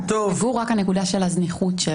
לגבי הנקודה של הזניחות.